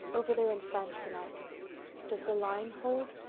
over there in france tonight does the line hold?